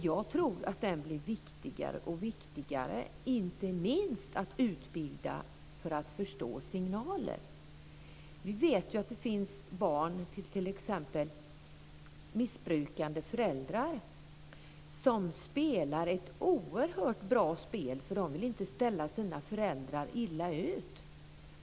Jag tror att det blir viktigare och viktigare. Det gäller inte minst att utbilda för att förstå signaler. Vi vet att det finns barn till t.ex. missbrukande föräldrar som spelar ett oerhört bra spel, eftersom de inte vill att deras föräldrar ska råka illa ut.